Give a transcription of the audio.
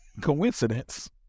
coincidence